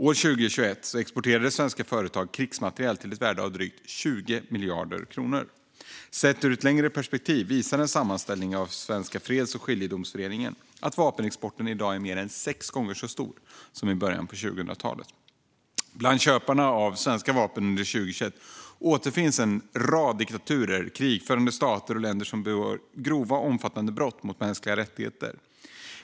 År 2021 exporterade svenska företag krigsmateriel till ett värde av drygt 20 miljarder kronor. Sett ur ett längre perspektiv visar en sammanställning av Svenska freds och skiljedomsföreningen att vapenexporten i dag är mer än sex gånger så stor som i början av 2000-talet. Bland köparna av svenska vapen under 2021 återfinns en rad diktaturer, krigförande stater och länder som begår grova och omfattande brott mot mänskliga rättigheter.